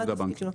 איגוד הבנקים.